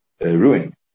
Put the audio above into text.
ruined